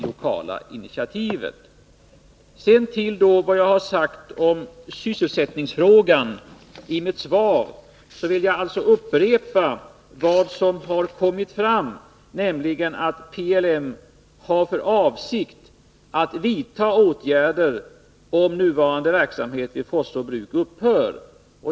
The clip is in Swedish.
När det gäller sysselsättningsfrågan vill jag upprepa vad som har kommit fram, nämligen att PLM har för avsikt att vidta åtgärder om nuvarande verksamhet vid Forsså Bruk upphör.